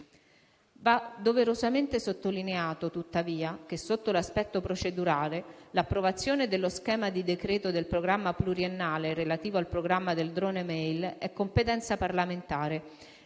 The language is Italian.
Va doverosamente sottolineato, tuttavia, che sotto l'aspetto procedurale l'approvazione dello schema di decreto del programma pluriennale relativo al programma del *drone mail* è competenza parlamentare,